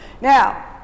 Now